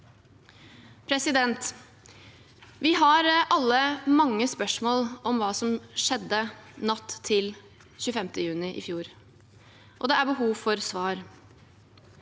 2023 Vi har alle mange spørsmål om hva som skjedde natt til 25. juni i fjor, og det er behov for svar.